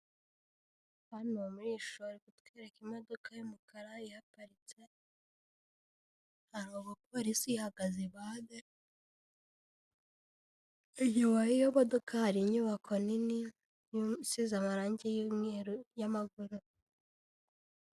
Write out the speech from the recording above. Hano muri iyi shusho barikutwereka imodoka y'umukara ihaparitse, hari umupolisi uyihagaze impande, inyuma y'iyo modoka hari inyubako nini isize amarangi y'umweru y'amagorofa.